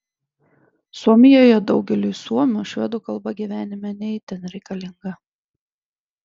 suomijoje daugeliui suomių švedų kalba gyvenime ne itin reikalinga